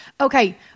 Okay